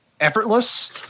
effortless